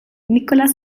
nicola